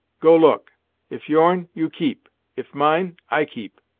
go look if your'n, you keep if mine, i keep.